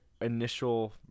initial